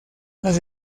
las